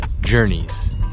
journeys